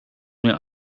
mir